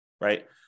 right